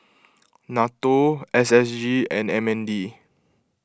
Nato S S G and M N D